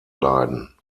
leiden